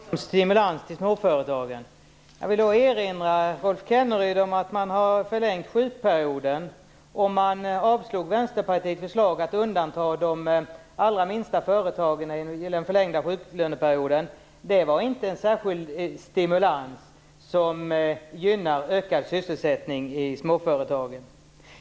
Fru talman! Det är intressant att höra Rolf Kenneryd när han talar om stimulans till småföretagen. Jag vill då erinra Rolf Kenneryd om att man har förlängt sjuklöneperioden, och man avslog Vänsterpartiets förslag att undanta de allra minsta företagen när det gäller den förlängda sjuklöneperioden. Det var inte någon särskild stimulans som gynnar ökad sysselsättning i småföretagen.